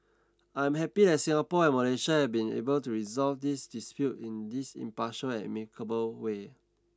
I am happy that Singapore and Malaysia have been able to resolve this dispute in this impartial and amicable way